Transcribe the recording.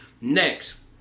Next